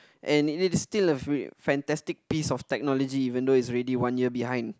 and it is still a f~ a fantastic piece of technology even though it's already one year behind